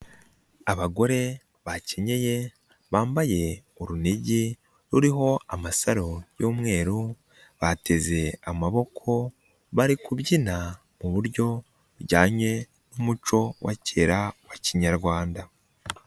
Abagore bakenyeye, bambaye urunigi ruriho amasaro y'umweru, bateze amaboko, bari kubyina mu buryo bujyanye n'umuco wa kera wa kinyarwanda.